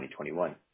2021